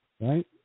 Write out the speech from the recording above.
right